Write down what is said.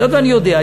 היות שאני יודע,